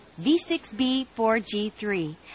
V6B4G3